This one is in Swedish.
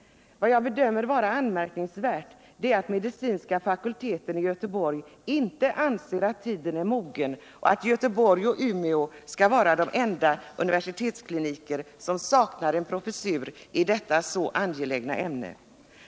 men vad jag bedömer vara anmärkningsvärt är att man inte anser att tiden är mogen för att en professur inrättas vid medicinska fakulteten i Göteborg och att universitetsklinikerna i Göteborg och Umeå skall vara de enda som saknar en professur i detta så angelägna ämne.